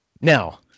Now